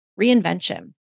reinvention